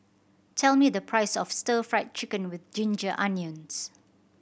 tell me the price of Stir Fried Chicken With Ginger Onions